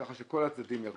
ככה שכל הצדדים ירוויחו.